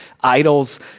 Idols